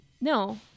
No